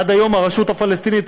עד היום הרשות הפלסטינית,